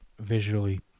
visually